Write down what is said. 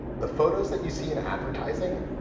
the photos that you see in advertising,